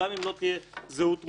גם אם לא תהיה זהות מוחלטת.